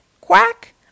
Quack